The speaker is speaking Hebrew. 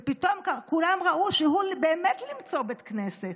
ופתאום כולם ראו שהוא באמת "למצוא בית כנסת".